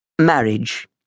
Marriage